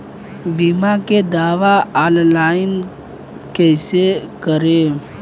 बीमा के दावा ऑनलाइन कैसे करेम?